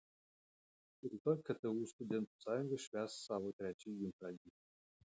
rytoj ktu studentų sąjunga švęs savo trečiąjį gimtadienį